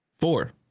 Four